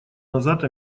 назад